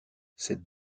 cette